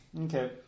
Okay